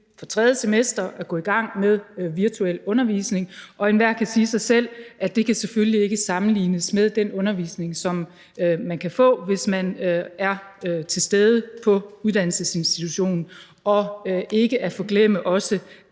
for tredje semester at gå i gang med virtuel undervisning, og enhver kan sige sig selv, at det selvfølgelig ikke kan sammenlignes med den undervisning, som man kan få, hvis man er til stede på uddannelsesinstitutionen – og ikke at forglemme de